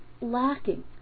lacking